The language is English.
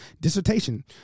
dissertation